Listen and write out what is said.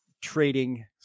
trading